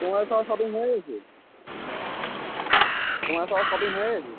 তোমার সব শপিং হয়ে গেছে তোমার সব শপিং হয়ে গেছে